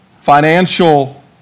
financial